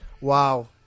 Wow